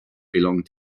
belong